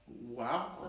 Wow